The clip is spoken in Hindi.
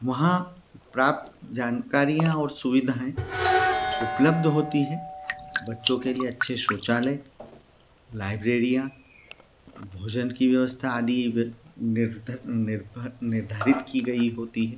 वहाँ प्राप्त जानकारियाँ और सुविधाएँ उपलब्ध होती हैं बच्चों के लिए अच्छे शौचालय लाइब्रेरियाँ भोजन की व्यवस्था आदि निर्धर निर्भर निर्धारित की गई होती हैं